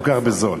כל כך בזול.